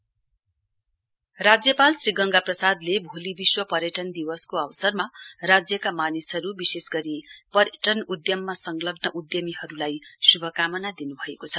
message world tourism day राज्यपाल श्री गंगा प्रसादले भोलि विश्व पर्यटन दिवसको अवसरमा राज्यका मानिसहरू विशेष गरी पर्यटवन उद्यममा संलग्न उद्यमीहरूलाई शुभकामना दिनुभएको छ